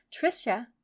Tricia